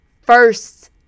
first